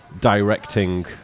Directing